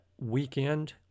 weekend